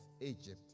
Egypt